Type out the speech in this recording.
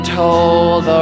told